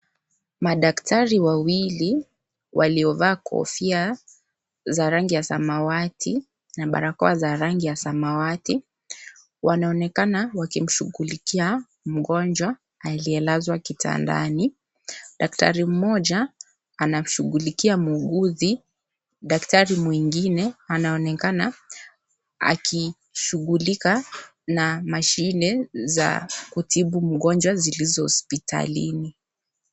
Madaktari wawili waliovaa kofia za rangi ya samawati na barakoa za rangi ya samawati, wanaonekana wakimshugulikia mgonjwa aliyelazwa kitandani. Daktari mmoja anamshugulikia muguzi. Daktari mwengine anaonekana, akishugulika na mashine za kutibu mgonjwa zilizo hospitalini.